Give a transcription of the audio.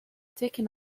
taken